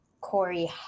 Corey